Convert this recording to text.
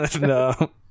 No